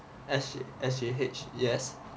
S_G_H yes